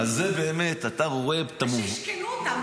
ושישקלו אותם.